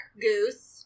goose